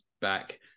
back